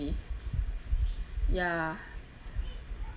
ya